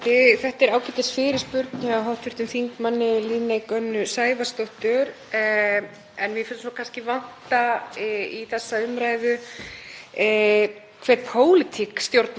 hver pólitík stjórnvalda er varðandi þessar umsóknir því að ég held að pólitík stjórnvalda varðandi fólk á flótta verði ekkert betri þó að hún sé sýnd okkur rafrænt,